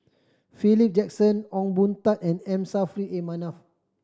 Philip Jackson Ong Boon Tat and M Saffri A Manaf